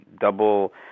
double